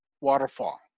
waterfall